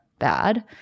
bad